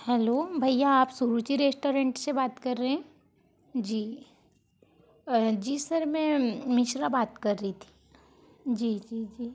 hello भईया आप Suruchi restaurant से बात कर रहे हैं जी जी सर मैं मिश्रा बात कर रही थी जी जी जी